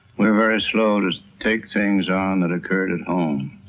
we're very slow to take things on that occurred at home.